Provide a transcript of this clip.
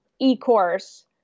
e-course